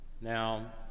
Now